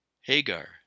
Hagar